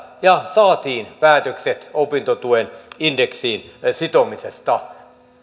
ja saatiin päätökset opintotuen indeksiin sitomisesta